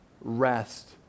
rest